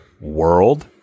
world